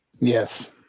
Yes